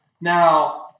Now